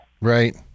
Right